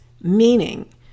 Meaning